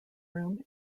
room